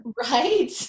Right